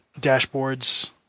dashboards